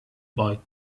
boy